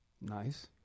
Nice